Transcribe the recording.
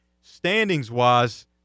standings-wise